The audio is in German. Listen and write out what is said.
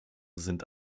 sind